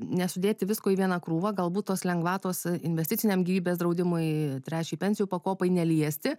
nesudėti visko į vieną krūvą galbūt tos lengvatos investiciniam gyvybės draudimui trečiai pensijų pakopai neliesti